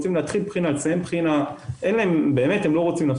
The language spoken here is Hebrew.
הם רוצים להתחיל בחינה,